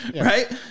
right